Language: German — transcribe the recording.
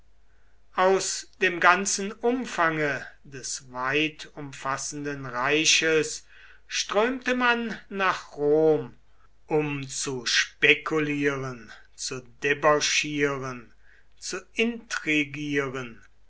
aus dem ganzen umfange des weitumfassenden reiches strömte man nach rom um zu spekulieren zu debauchieren zu intrigieren